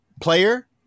Player